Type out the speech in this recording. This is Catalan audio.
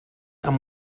amb